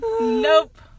Nope